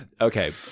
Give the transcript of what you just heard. Okay